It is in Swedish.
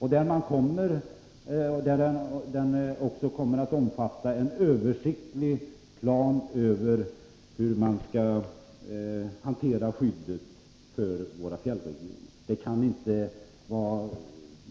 Utredningen kommer också att omfatta en översiktlig plan över hur våra fjällregioner skall skyddas. Det kan inte vara